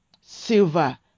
silver